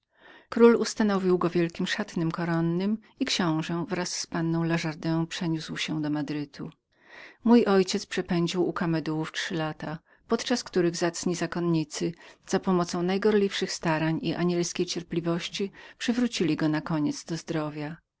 król ustanowił go wielkim szatnym koronnym książe wraz z lajardin przeniósł się do madrytu mój ojciec przypędził trzy lata u kamedułów podczas których zacni zakonnicy za pomocą najgorliwszych starań i anielskiej cierpliwości przywrócili go nakoniec do zdrowia